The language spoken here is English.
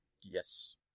Yes